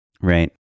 right